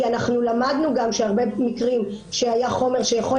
וגם למדנו שבהרבה מקרים שהיה חומר שיכול